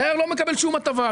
הדייר לא מקבל שום הטבה,